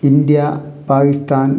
India Pakistan